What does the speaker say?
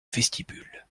vestibule